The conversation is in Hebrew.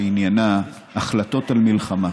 שעניינה החלטות על מלחמה.